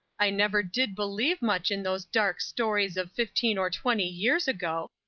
i never did believe much in those dark stories of fifteen or twenty years ago.